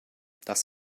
das